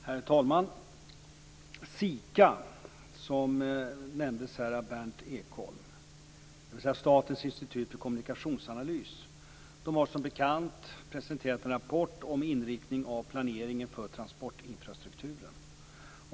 Herr talman! SIKA, som nämndes här av Berndt Ekholm, dvs. Statens institut för kommunikationsanalys, har som bekant presenterat en rapport om inriktning av planeringen för transportinfrastrukturen.